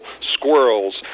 squirrels